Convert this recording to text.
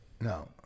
No